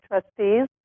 trustees